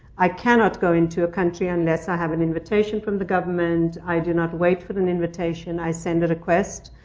i cannot go into a country unless i have an invitation from the government. i do not wait for an invitation. i send a request,